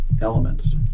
elements